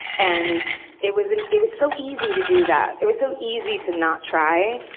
and it was and it was so easy to do that. it was so easy to not try.